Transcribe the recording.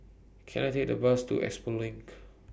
Can I Take A Bus to Expo LINK